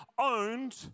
owned